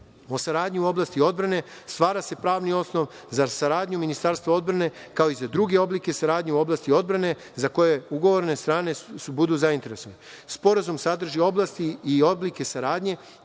o saradnji u oblasti odbrane stvara se pravni osnov za saradnju Ministarstva odbrane, kao i za druge oblike saradnje u oblasti odbrane za koje ugovorne strane budu zainteresovane. Sporazum sadrži oblasti i oblike saradnje,